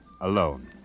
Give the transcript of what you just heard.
alone